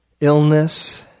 illness